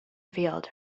field